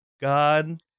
god